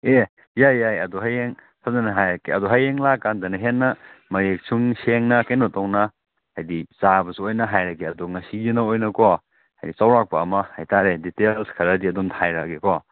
ꯑꯦ ꯌꯥꯏ ꯌꯥꯏ ꯑꯗꯣ ꯍꯌꯦꯡ ꯁꯣꯏꯗꯅ ꯍꯥꯏꯔꯛꯀꯦ ꯑꯗꯣ ꯍꯌꯦꯡ ꯂꯥꯛꯑꯀꯥꯟꯗꯅ ꯍꯦꯟꯅ ꯃꯌꯦꯛ ꯁꯨꯝ ꯁꯦꯡꯅ ꯀꯩꯅꯣ ꯇꯧꯅ ꯍꯥꯏꯗꯤ ꯆꯥꯕꯁꯨ ꯑꯣꯏꯅ ꯍꯥꯏꯔꯒꯦ ꯑꯗꯣ ꯉꯁꯤꯒꯤꯅ ꯑꯣꯏꯅꯀꯣ ꯍꯥꯏꯗꯤ ꯆꯧꯔꯥꯛꯄ ꯑꯃ ꯍꯥꯏꯇꯥꯔꯦ ꯗꯤꯇꯦꯜꯁ ꯈꯔꯗꯤ ꯑꯗꯨꯝ ꯍꯥꯏꯔꯛꯑꯒꯦꯀꯣ